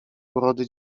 urody